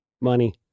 Money